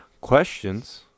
questions